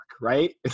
right